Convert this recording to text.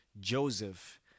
Joseph